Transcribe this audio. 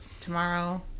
tomorrow